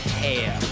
hair